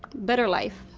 better life,